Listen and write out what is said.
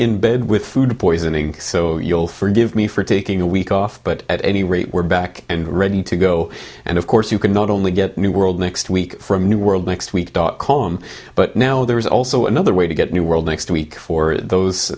in bed with food poisoning so you'll forgive me for taking a week off but at any rate we're back and ready to go and of course you can not only get new world next week from newworldnextweek com but now there's also another way to get new world next week for those